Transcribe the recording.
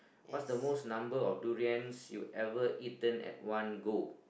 what's the most number of durians you ever eaten at one go